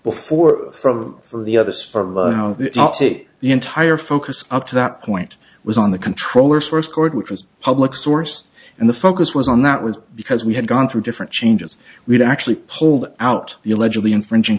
before from the other sport not the entire focus up to that point was on the controllers first board which was public source and the focus was on that was because we had gone through different changes we've actually pulled out the allegedly infringing